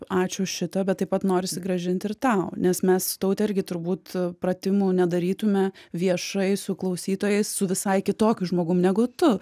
ačiū už šitą bet taip pat norisi grąžinti ir tau nes mes su taute irgi turbūt pratimų nedarytume viešai su klausytojais su visai kitokiu žmogum negu tu